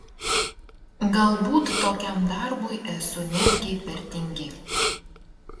galbūt tokiam darbui esu netgi per tingi